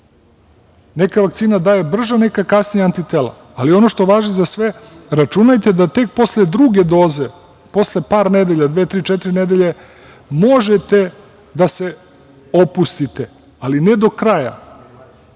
tako. Neka vakcina daje brža, neka kasnija antitela, ali ono što važi za sve, računajte da tek posle druge doze, posle par nedelja, dve, tri, četiri nedelje, možete da se opustite, ali ne do kraja,